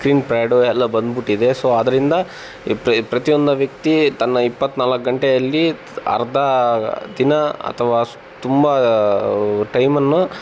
screen pad ಎಲ್ಲ ಬಂದ್ಬಿಟ್ಟಿದೆ so ಅದರಿಂದ ಪ್ರತಿಯೊಬ್ಬ ವ್ಯಕ್ತಿ ತನ್ನ ಇಪ್ಪತ್ನಾಲ್ಕು ಗಂಟೆಯಲ್ಲಿ ತ್ ಅರ್ಧ ದಿನ ಅಥವಾ ಸು ತುಂಬ ಟೈಮನ್ನು